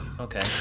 okay